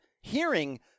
hearing